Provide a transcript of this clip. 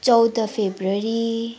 चौध फेब्रुअरी